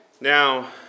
Now